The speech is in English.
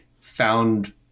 found